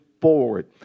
forward